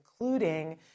including